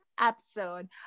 episode